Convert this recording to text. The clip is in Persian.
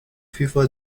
فیفا